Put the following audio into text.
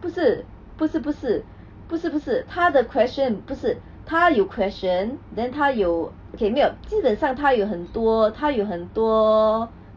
不是不是不是不是不是他的 question 不是他有 所以他有很多个